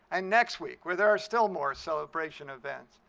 and next week, where there are still more celebration events.